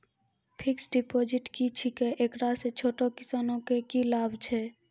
Fixed deposit की छिकै, एकरा से छोटो किसानों के की लाभ छै?